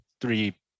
three